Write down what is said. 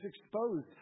exposed